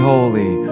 Holy